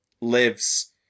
lives